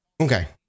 Okay